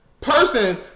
person